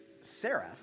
Seraph